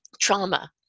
trauma